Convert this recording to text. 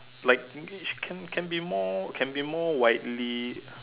like which can can be more can be more widely